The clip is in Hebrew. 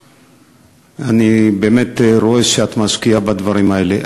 אני באמת רואה שאת משקיעה בדברים האלה.